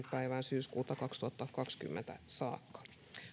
päivään syyskuuta kaksituhattakaksikymmentä saakka